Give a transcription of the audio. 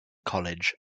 college